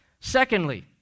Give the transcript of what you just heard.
Secondly